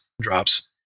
drops